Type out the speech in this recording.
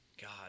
God